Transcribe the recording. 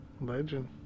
Legend